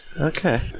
Okay